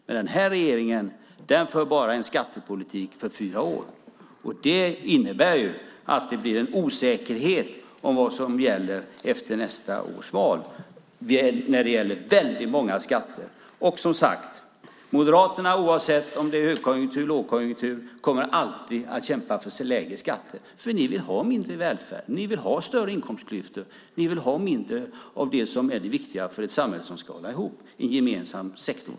Men den här regeringen för bara en skattepolitik för fyra år. Det innebär att det blir en osäkerhet om vad som kommer att hända efter nästa års val när det gäller väldigt många skatter. Som sagt kommer Moderaterna oavsett om det är lågkonjunktur eller högkonjunktur alltid att kämpa för lägre skatter, för ni vill ha mindre välfärd, större inkomstklyftor och mindre av det som är viktigt för att ett samhälle ska hålla ihop, nämligen en gemensam sektor.